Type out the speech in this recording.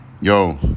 Yo